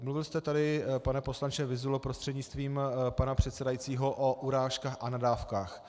Mluvil jste tady, pane poslanče Vyzulo prostřednictvím pana předsedajícího, o urážkách a nadávkách.